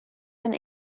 and